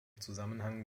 zusammenhang